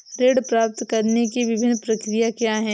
ऋण प्राप्त करने की विभिन्न प्रक्रिया क्या हैं?